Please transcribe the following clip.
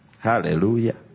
Hallelujah